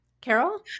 Carol